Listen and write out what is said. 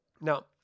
Now